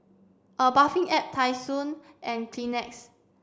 a Bathing Ape Tai Sun and Kleenex